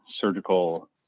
surgical